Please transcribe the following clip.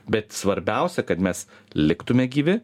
bet svarbiausia kad mes liktume gyvi